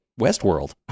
Westworld